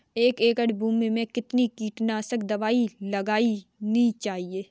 एक एकड़ भूमि में कितनी कीटनाशक दबाई लगानी चाहिए?